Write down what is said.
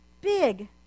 Big